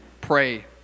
pray